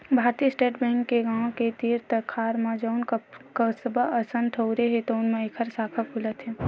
भारतीय state bank के गाँव के तीर तखार म जउन कस्बा असन ठउर हे तउनो म एखर साखा खुलत हे